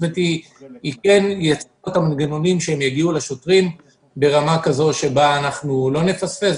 יש לנו את המנגנונים שהיא תגיע לשוטרים ברמה כזאת שבה אנחנו לא נפספס,